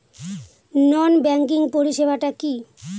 নন banking পরিষেবা টা কি?